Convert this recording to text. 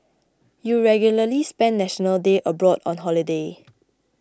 you regularly spend National Day abroad on holiday